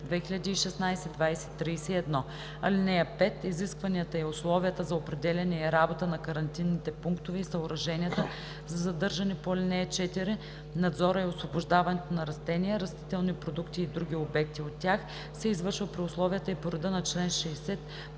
(5) Изискванията и условията за определяне и работа на карантинните пунктове и съоръженията за задържане по ал. 4, надзора и освобождаването на растения, растителни продукти и други обекти от тях се извършва при условията и по реда на чл. 60